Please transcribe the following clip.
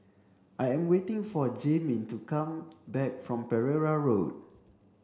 I am waiting for Jamin to come back from Pereira Road